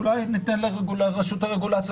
אולי ניתן לרשות הרגולציה לבדוק את זה?